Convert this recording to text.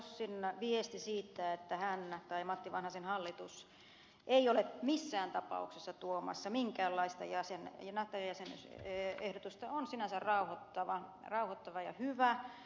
rossin viesti siitä että matti vanhasen hallitus ei ole missään tapauksessa tuomassa minkäänlaista nato jäsenyysehdotusta on sinänsä rauhoittava ja hyvä